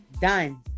done